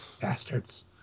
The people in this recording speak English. bastards